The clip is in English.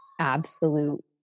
absolute